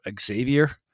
Xavier